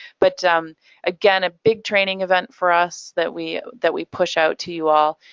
but again, a big training event for us that we that we push out to you all.